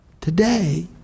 today